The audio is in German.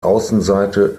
außenseite